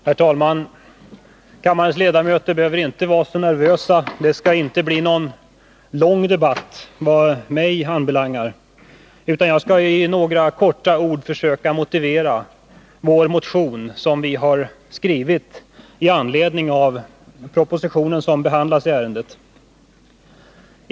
Herr talman! Kammarens ledamöter behöver inte vara så nervösa — det skall inte bli någon lång debatt vad mig anbelangar. Jag skall i några få ord försöka motivera vår motion, som vi har skrivit med anledning av den proposition som här behandlas.